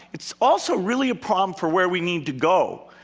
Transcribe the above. it's also really a problem for where we need to go.